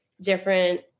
different